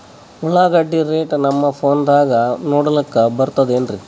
ಉಳ್ಳಾಗಡ್ಡಿ ರೇಟ್ ನಮ್ ಫೋನದಾಗ ನೋಡಕೊಲಿಕ ಬರತದೆನ್ರಿ?